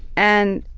and